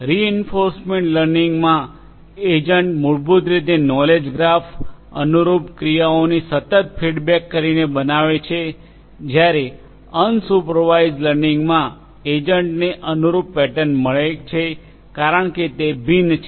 reinforcement લર્નિંગમાં agent મૂળભૂત રીતે નોલેજ ગ્રાફ અનુરૂપ ક્રિયાઓની સતત ફીડબેક કરીને બનાવે છે જ્યારે અનસુપરવાઇઝડ લર્નિંગમાં એજન્ટને અનુરૂપ પેટર્ન મળે છે કારણ કે તે ભિન્ન છે